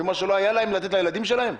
ממה שלא היה להן לתת לילדים שלהן?